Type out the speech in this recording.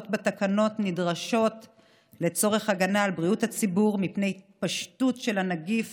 בתקנות נדרשות לצורך הגנה על בריאות הציבור מפני התפשטות של הנגיף